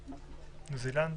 ניו זילנדי.